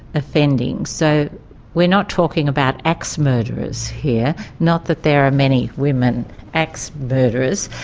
offending. so we're not talking about axe murderers here, not that there are many women axe murderers,